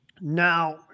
Now